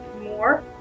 more